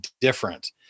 different